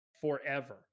forever